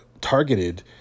targeted